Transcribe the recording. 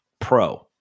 PRO